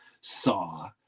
saw